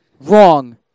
Wrong